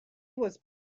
was